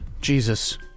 Jesus